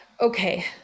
Okay